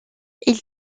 ils